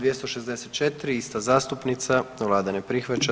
264. ista zastupnica, vlada ne prihvaća.